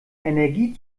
energie